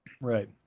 Right